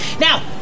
Now